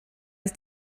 ist